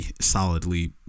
solidly